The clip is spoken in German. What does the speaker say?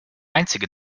einzige